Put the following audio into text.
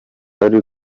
ari